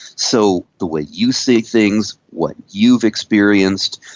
so the way you see things, what you've experienced,